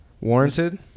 Warranted